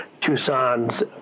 Tucson's